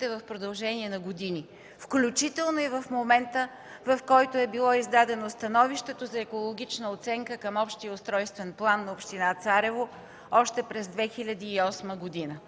в продължение на години, включително и в момента, в който е било издадено становището за екологична оценка към Общия устройствен план на община Царево още през 2008 г.